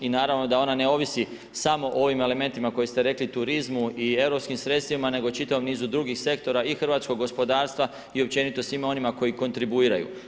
I naravno da ona ne ovisi samo o ovim elementima koje ste rekli turizmu i europskim sredstvima nego o čitavom nizu drugih sektora i hrvatskog gospodarstva i općenito svima onima koji kontribuiraju.